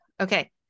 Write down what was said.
okay